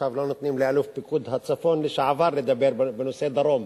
עכשיו לא נותנים לאלוף פיקוד הצפון לשעבר לדבר בנושא דרום.